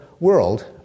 world